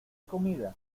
comida